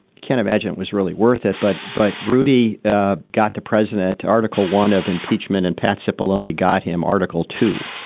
can't imagine it was really worth it. but but rudy ah got the president article one of impeachment and patsy boloney got him article two.